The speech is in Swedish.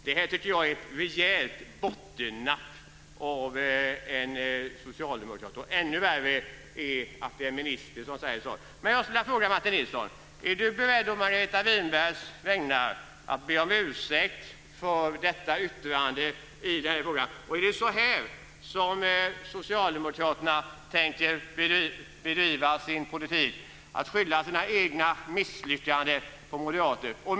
Det här tycker jag är ett rejält bottennapp av en socialdemokrat, och ännu värre är att det är en minister som säger så här. Jag skulle vilja fråga om Martin Nilsson är beredd att å Margareta Winbergs vägnar be om ursäkt för detta yttrande i den här frågan. Är det så här Socialdemokraterna tänker bedriva sin politik, att skylla sina egna misslyckanden på moderater?